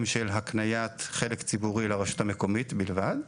של הקניית חלק ציבורי לרשות המקומית בלבד.